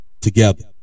together